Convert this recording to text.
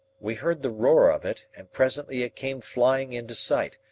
we heard the roar of it, and presently it came flying into sight,